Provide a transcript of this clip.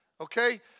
okay